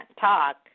talk